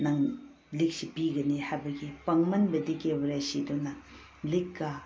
ꯅꯪ ꯂꯤꯛꯁꯤ ꯄꯤꯒꯅꯤ ꯍꯥꯏꯕꯒꯤ ꯄꯪꯃꯟꯕꯗꯒꯤ ꯕ꯭ꯔꯦꯁꯤꯗꯨꯅ ꯂꯤꯛꯀ